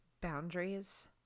boundaries